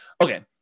Okay